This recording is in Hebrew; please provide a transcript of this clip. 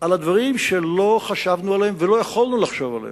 על הדברים שלא חשבנו עליהם ולא יכולנו לחשוב עליהם,